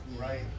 Right